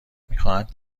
میخواهند